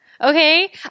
Okay